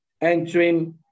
entering